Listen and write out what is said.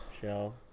Shell